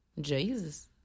Jesus